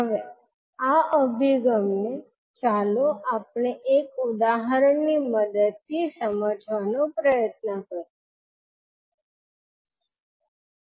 હવે આ અભિગમ ને ચાલો આપણે એક ઉદાહરણ ની મદદથી સમજવાનો પ્રયત્ન કરીએ